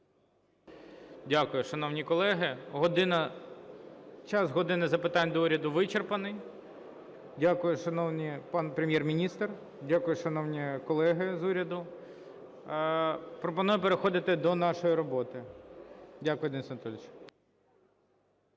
Дякую. Шановні колеги, час "години запитань до Уряду" вичерпаний. Дякую, шановний пан Прем'єр-міністр, дякую, шановні колеги з уряду. Пропоную переходити до нашої роботи. Дякую, Денис Анатолійович.